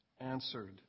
answered